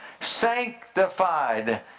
Sanctified